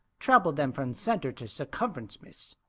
trampled them from center to circumference, miss.